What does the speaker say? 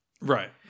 Right